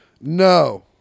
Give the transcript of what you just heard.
no